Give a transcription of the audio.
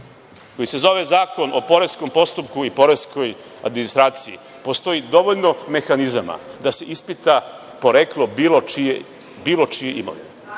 koji se zove Zakon o poreskom postupku i poreskoj administraciji, postoji dovoljno mehanizama da se ispita poreklo bilo čije imovine.